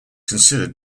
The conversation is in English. considered